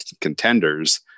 contenders